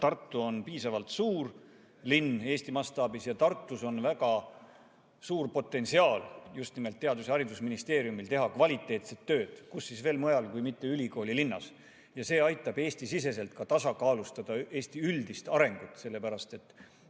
Tartu on piisavalt suur linn Eesti mastaabis ja Tartus on väga suur potentsiaal just nimelt teadus- ja haridusministeeriumil teha kvaliteetset tööd. Kus mujal siis veel kui mitte ülikooli linnas! Ja see aitab riigisiseselt tasakaalustada Eesti üldist arengut, sellepärast et